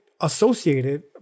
associated